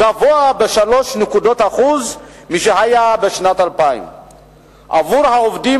גבוה ב-3% משהיה בשנת 2000. עבור העובדים,